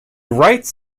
writes